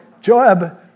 Joab